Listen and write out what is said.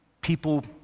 people